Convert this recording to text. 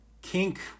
kink